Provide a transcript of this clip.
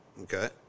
Okay